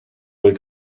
poi